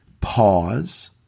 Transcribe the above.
Pause